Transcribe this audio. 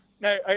no